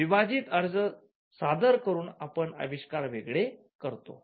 विभाजित अर्ज सादर करून आपण आविष्कार वेगळे करतो